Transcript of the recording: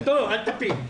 אותו אל תפיל.